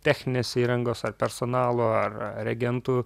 techninės įrangos ar personalo ar reagentų